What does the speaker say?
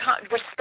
respect